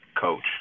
coach